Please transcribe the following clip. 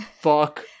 fuck